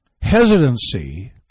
hesitancy